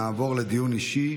נעבור לדיון אישי.